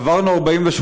עברנו 48